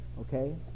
Okay